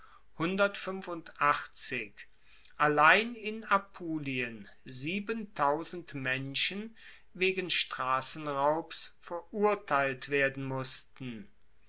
allein in apulien menschen wegen strassenraubs verurteilt werden mussten